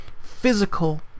Physical